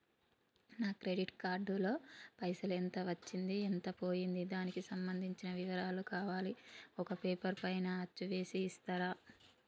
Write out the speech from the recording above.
నా credit card లో పైసలు ఎంత వచ్చింది ఎంత పోయింది దానికి సంబంధించిన వివరాలు కావాలి ఒక పేపర్ పైన అచ్చు చేసి ఇస్తరా?